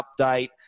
update